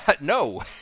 no